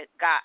got